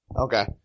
Okay